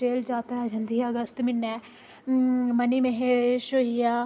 मचेल जात्तरा जंदी अगस्त म्हीने मनी महेश होई गेआ